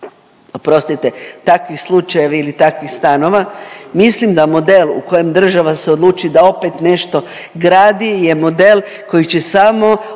oprostite, takvih slučajeva ili takvih stanova, mislim da model u kojem država se odluči da opet nešto gradi je model koji će smo odugovlačiti.